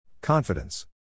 Confidence